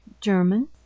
German